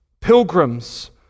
pilgrims